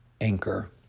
anchor